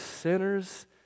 sinners